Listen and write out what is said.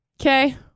Okay